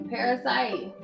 Parasite